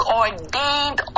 ordained